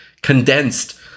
condensed